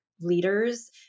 leaders